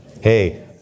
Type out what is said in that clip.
Hey